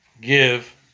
give